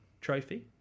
trophy